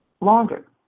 longer